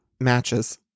matches